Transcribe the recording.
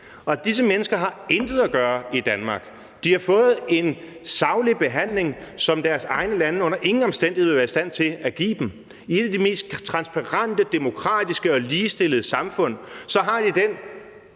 og disse mennesker har intet at gøre i Danmark. De har fået en saglig behandling, som deres egne lande under ingen omstændigheder ville være i stand til at give dem, og i et af de mest transparente, demokratiske og ligestillede samfund har de den